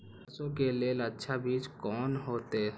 सरसों के लेल अच्छा बीज कोन होते?